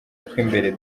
tw’imbere